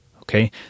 Okay